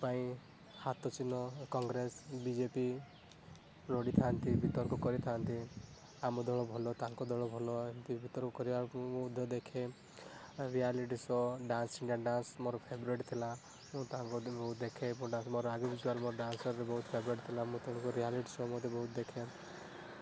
ପାଇଁ ହାତ ଚିହ୍ନ କଂଗ୍ରେସ ବିଜେପି ଲଢ଼ିଥାନ୍ତି ବିତର୍କ କରିଥାନ୍ତି ଆମ ଦଳ ଭଲ ତାଙ୍କ ଦଳ ଭଲ ଏମିତି ବିତର୍କ କରିବାକୁ ମୁଁ ମଧ୍ୟ ଦେଖେ reality show dance India dance ମୋର ଫେବରାଇଟ୍ ଥିଲା ମୁଁ ତାହା ମଧ୍ୟ ବହୁତ ଦେଖେ ମୋର ଡ୍ୟାନ୍ସରେ ବହୁତ ଫେବରାଇଟ୍ ଥିଲା ମୁଁ ତେଣୁକରି ରିୟାଲିଟି ଶୋ ମଧ୍ୟ ବହୁତ ଦେଖେ